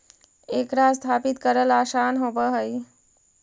एकरा स्थापित करल आसान होब हई